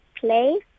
play